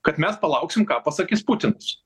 kad mes palauksim ką pasakys putinas